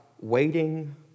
waiting